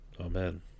Amen